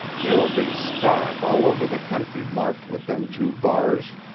there'll be stock all over the country marked with them two bars,